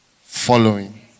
following